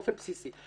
באופן בסיסי.